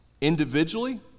Individually